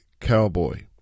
cowboy